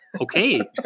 okay